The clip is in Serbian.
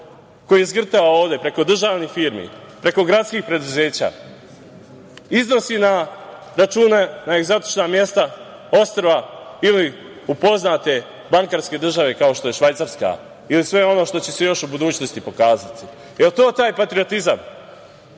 koji je zgrtao ovde preko državnih firmi, preko gradskih preduzeća, iznosi na račune na egzotična mesta, ostrva ili u poznate bankarske države, kao što je Švajcarska ili sve ono što će se još u budućnosti pokazati? Da li je to taj patriotizam